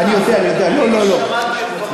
אני שמעתי את דבריך.